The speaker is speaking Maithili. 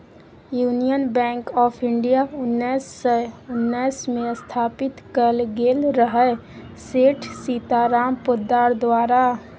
युनियन बैंक आँफ इंडिया उन्नैस सय उन्नैसमे स्थापित कएल गेल रहय सेठ सीताराम पोद्दार द्वारा